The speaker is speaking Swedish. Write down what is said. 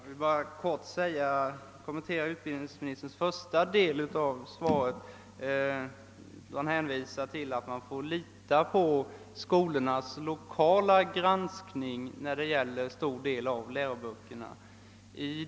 Herr talman! Jag vill bara kortfattat kommentera första delen av utbildningsministerns inlägg, där han sade att man får lita på den lokala granskningen i skolstyrelserna av läroböckerna.